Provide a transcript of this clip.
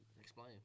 Explain